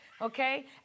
Okay